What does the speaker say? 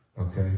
okay